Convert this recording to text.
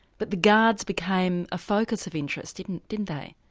but the guards became a focus of interest, didn't didn't they?